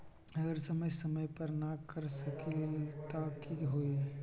अगर समय समय पर न कर सकील त कि हुई?